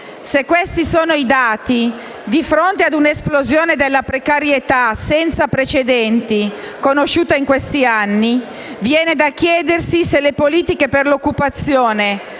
Se questi sono i dati, di fronte a una esplosione della precarietà senza precedenti conosciuta in questi anni, viene da chiedersi se le politiche per l'occupazione